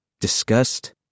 Disgust